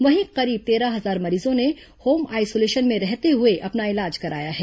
वहीं करीब तेरह हजार मरीजों ने होम आइसोलेशन में रहते हुए अपना इलाज कराया है